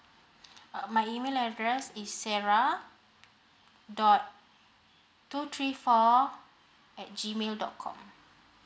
uh my email address is sarah dot two three four at G mail dot com